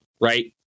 right